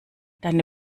deine